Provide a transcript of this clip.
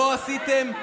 לא עשיתם,